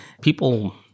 people